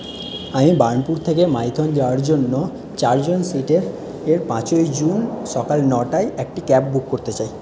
আমি বার্নপুর থেকে মাইথন যাওয়ার জন্য চারজন সিটের এর পাঁচই জুন সকাল নটায় একটি ক্যাব বুক করতে চাই